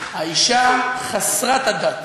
האישה חסרת הדת,